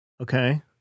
Okay